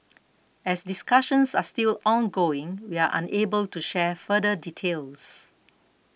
as discussions are still ongoing we are unable to share further details